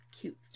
cute